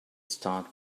start